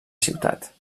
ciutat